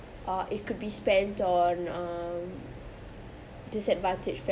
uh it could be spent on um disadvantaged